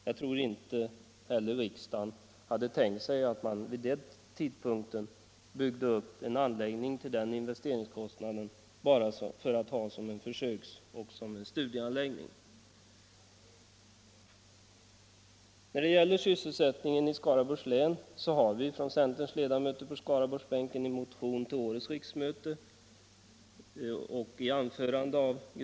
Jag tror inte heller att riksdagen då tänkte sig att man byggde en anläggning till den investeringskostnaden för att bara ha den som en försöksoch studieanläggning. När det gäller sysselsättningen i Skaraborgs län har centerns ledamöter på Skaraborgsbänken i motion till årets riksmöte framhållit behovet av ökade insatser för att differentiera näringslivet.